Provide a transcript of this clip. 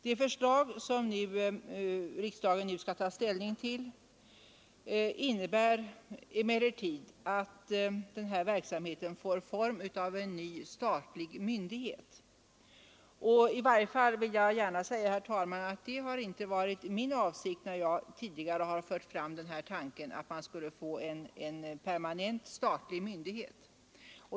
Det förslag som riksdagen nu skall ta ställning till innebär emellertid att denna verksamhet får formen av en ny statlig myndighet. Det har, herr talman, i varje fall inte varit min avsikt, när jag tidigare förde fram denna tanke, att det skulle skapas en permanent statlig myndighet.